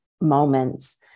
moments